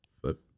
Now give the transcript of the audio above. flip